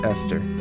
Esther